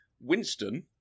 Winston